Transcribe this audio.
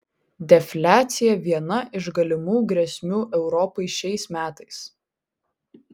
defliacija viena iš galimų grėsmių europai šiais metais